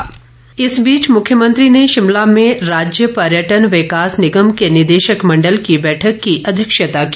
पर्यटन विकास इस बीच मुख्यमंत्री ने शिमला में राज्य पर्यटन विकास निगम के निदेशक मंडल की बैठक की अध्यक्षता की